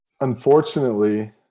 Unfortunately